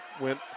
went